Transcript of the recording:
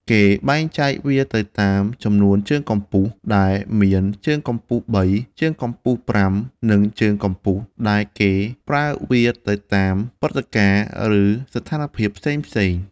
គេបែកចែកវាទៅតាម ចំនួនជើងកំពុះ ដែលមាន ជើងកំពុះ៣ ជើងកំពុះ៥ និងជើងកំពុះ ដែលគេប្រើវាទៅតាមព្រឹត្តិការណ៍ឬស្ថានភាពផ្សេងៗ។